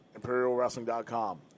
ImperialWrestling.com